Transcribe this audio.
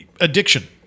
addiction